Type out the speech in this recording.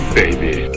baby